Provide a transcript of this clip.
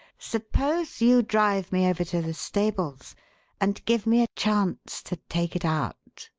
suppose you drive me over to the stables and give me a chance to take it out?